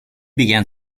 began